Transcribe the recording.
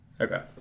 Okay